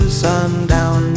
sundown